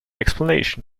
explanation